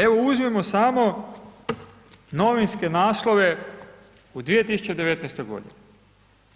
Evo uzmimo samo novinske naslove u 2019.,